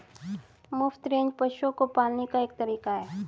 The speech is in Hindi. मुफ्त रेंज पशुओं को पालने का एक तरीका है